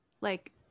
Like-